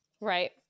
Right